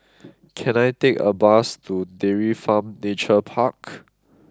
can I take a bus to Dairy Farm Nature Park